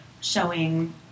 showing